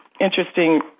interesting